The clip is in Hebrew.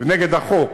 נגד החוק,